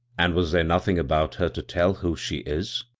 and was there nothing about her to tell who she is?